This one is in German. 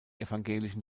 evangelischen